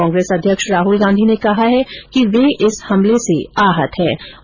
कांग्रेस अध्यक्ष राहल गांधी ने कहा है कि वे इस हमले से आहतहैं